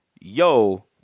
yo